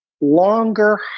longer